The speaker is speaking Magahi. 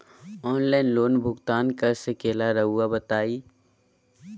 ऑनलाइन लोन भुगतान कर सकेला राउआ बताई?